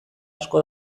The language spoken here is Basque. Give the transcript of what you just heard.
asko